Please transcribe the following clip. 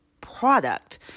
product